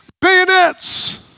bayonets